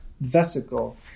vesicle